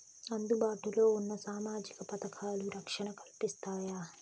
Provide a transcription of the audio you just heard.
అందుబాటు లో ఉన్న సామాజిక పథకాలు, రక్షణ కల్పిస్తాయా?